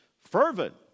fervent